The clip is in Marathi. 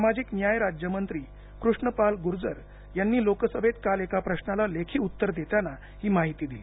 सामाजिक न्याय राज्यमंत्री कृष्ण पाल गुर्जर यांनी लोकसभेत काल एका प्रश्नाला लेखी उत्तर देताना ही माहिती दिली